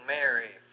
Mary